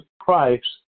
Christ